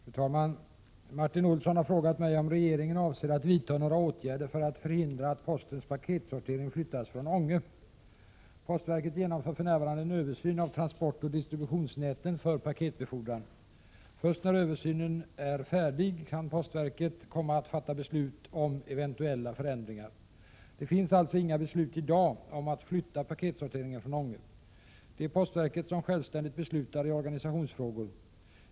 Fru talman! Martin Olsson har frågat mig om regeringen avser att vidta några åtgärder för att förhindra att postens paketsortering flyttas från Ånge. Postverket genomför för närvarande en översyn av transportoch distributionsnäten för paketbefordran. Först när översynen är färdig kan postverket komma att fatta beslut om eventuella förändringar. Det finns alltså inga beslut i dag om att flytta paketsorteringen från Ånge. Det är postverket som självständigt beslutar i organisationsfrågor.